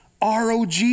ROG